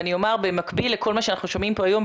ואני אומר במקביל לכל מה שאנחנו שומעים פה היום,